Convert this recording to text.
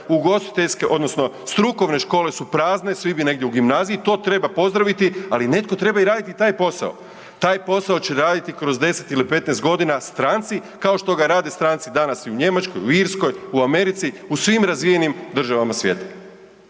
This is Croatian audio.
ugostiteljske odnosno strukovne škole su prazne, svi bi negdje u gimnaziji i to treba pozdraviti, ali netko treba i raditi taj posao. Taj posao će raditi kroz 10 ili 15 godina stranci kao što ga rade stranci danas i u Njemačkoj, u Irskoj, u Americi u svim razvijenim državama svijeta.